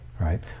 right